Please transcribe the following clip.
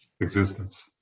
existence